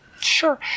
sure